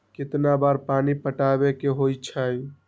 कितना बार पानी पटावे के होई छाई?